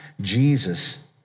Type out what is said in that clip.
Jesus